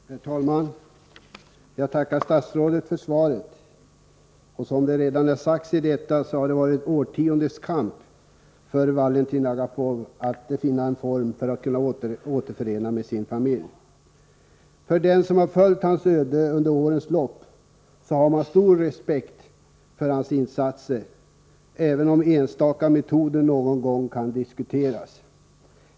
Herr talman! Jag tackar statsrådet för svaret. Som redan sagts i svaret har det varit ett årtiondes kamp för Valentin Agapov att finna en form för att kunna återförenas med sin familj. Den som följt hans öde under årens lopp har stor respekt för hans insatser, även om enstaka metoder någon gång har kunnat diskuteras.